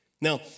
Now